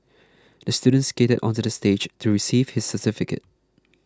the student skated onto the stage to receive his certificate